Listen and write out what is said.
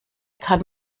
kann